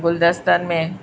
गुलदस्तनि में